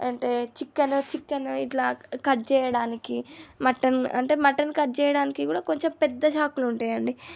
అంటే chicken chicken ఇట్లా cut చెయ్యడానికి మటన్ అంటే మటన్ కట్ చెయ్యడానికి కూడా కొంచెం పెద్ద చాకులు ఉంటాయండి